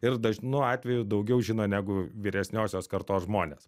ir dažnu atveju daugiau žino negu vyresniosios kartos žmonės